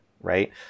right